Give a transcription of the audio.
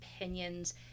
opinions